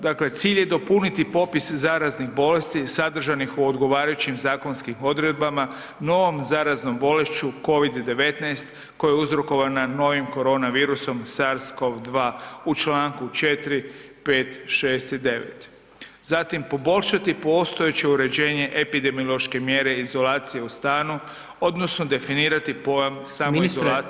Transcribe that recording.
Dakle, cilj je dopuniti popis zaraznih bolesti sadržanih u odgovarajućim zakonskim odredbama, novom zaraznom bolešću, COVID-19 koja je uzrokovana novim koronavirusom, SARS-CoV-2 u čl. 4., 5., 6. i 9.; zatim poboljšati postojeće uređenje epidemiološke mjere izolacije u stanu, odnosno definirati pojam [[Upadica predsjednik: Ministre.]] samoizolacije…